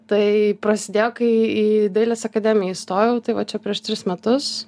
tai prasidėjo kai į į dailės akademiją įstojau tai va čia prieš tris metus